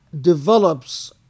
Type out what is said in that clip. develops